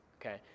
Okay